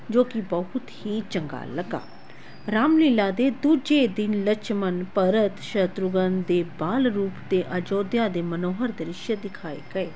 ਜੋ ਕਿ ਬਹੁਤ ਹੀ ਚੰਗਾ ਲੱਗਾ ਰਾਮਲੀਲਾ ਦੇ ਦੂਜੇ ਦਿਨ ਲਛਮਣ ਭਰਤ ਸ਼ਤਰੂਗਨ ਦੇ ਬਾਲ ਰੂਪ ਅਤੇ ਅਯੋਧਿਆ ਦੇ ਮਨੋਹਰ ਦ੍ਰਿਸ਼ ਦਿਖਾਏ ਗਏ